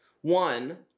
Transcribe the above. one